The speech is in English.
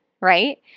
right